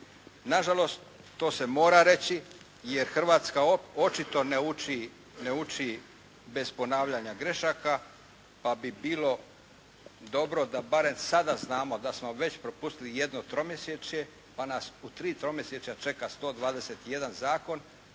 Na žalost to se mora reći, jer Hrvatska očito ne uči bez ponavljanja grešaka pa bi bilo dobro da barem sada znamo da smo već propustili jedno tromjesečje pa nas u tri tromjesečja čeka 121 zakon,